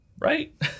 Right